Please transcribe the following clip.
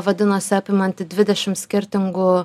vadinosi apimanti dvidešim skirtingų